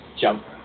jump